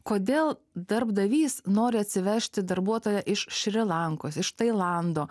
kodėl darbdavys nori atsivežti darbuotoją iš šri lankos iš tailando